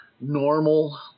normal